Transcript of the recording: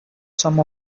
some